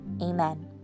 Amen